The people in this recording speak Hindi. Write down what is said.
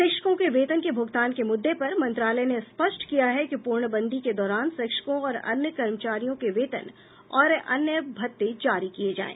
शिक्षकों के वेतन के भुगतान के मुद्दे पर मंत्रालय ने स्पष्ट किया है कि पूर्णबंदी के दौरान शिक्षकों और अन्य कर्मचारियों के वेतन और अन्य भत्ते जारी किए जाएं